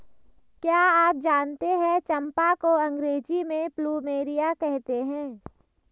क्या आप जानते है चम्पा को अंग्रेजी में प्लूमेरिया कहते हैं?